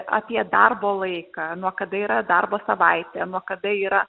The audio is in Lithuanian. apie darbo laiką nuo kada yra darbo savaitė nuo kada yra